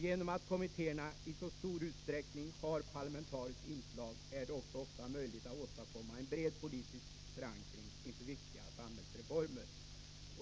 Genom att kommitté erna i så stor utsträckning har parlamentariskt inslag är det också ofta möjligt att åstadkomma en bred politisk förankring inför viktiga samhällsreformer.